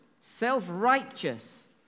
self-righteous